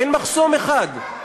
אין מחסום אחד.